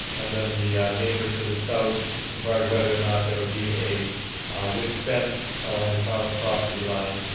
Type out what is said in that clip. and then the neighbor to the south inquired whether or not there will be a wood fence along the common property line,